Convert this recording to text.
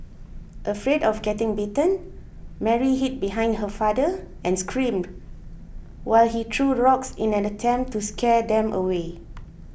afraid of getting bitten Mary hid behind her father and screamed while he threw rocks in an attempt to scare them away